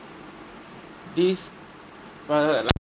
this